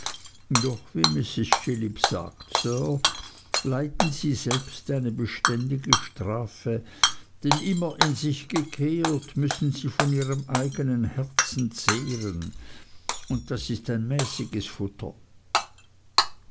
doch wie mrs chillip sagt sir leiden sie selbst eine beständige strafe denn immer in sich gekehrt müssen sie von ihrem eignen herzen zehren und das ist ein mäßiges futter